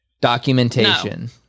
documentation